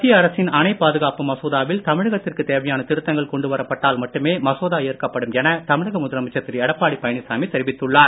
மத்திய அரசின் அணை பாதுகாப்பு மசோதாவில் தமிழகத்திற்கு தேவையான திருத்தங்கள் கொண்டு வரப்பட்டால் மட்டுமே மசோதா ஏற்கப்படும் என தமிழக முதலமைச்சர் திரு எடப்பாடி பழனிசாமி தெரிவித்துள்ளார்